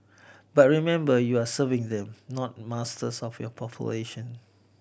but remember you are serving them not masters of your population